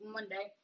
Monday